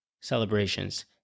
celebrations